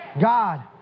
God